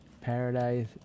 Paradise